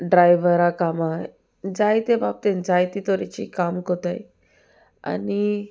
ड्रायव्हरा कामां जायते बाबतींत जायते तरेची काम करताय आनी